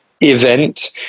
event